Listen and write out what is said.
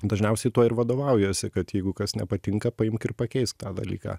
dažniausiai tuo ir vadovaujuosi kad jeigu kas nepatinka paimk ir pakeisk tą dalyką